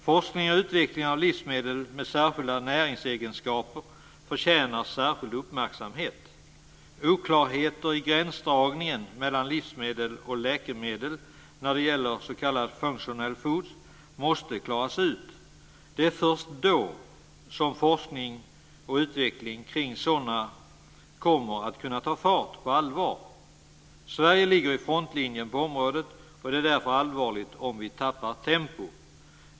Forskning och utveckling av livsmedel med särskilda näringsegenskaper förtjänar särskild uppmärksamhet. Oklarheter i gränsdragningen mellan livsmedel och läkemedel när det gäller s.k. functional foods måste klaras ut. Det är först då som forskning och utveckling kring sådana kommer att kunna ta fart på allvar. Sverige ligger i frontlinjen på området, och det är därför allvarligt om vi tappar tempo.